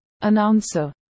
Announcer